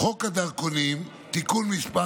חוק הדרכונים (תיקון מס'